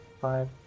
five